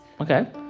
Okay